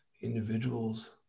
individuals